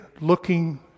looking